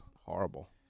Horrible